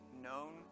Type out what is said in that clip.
known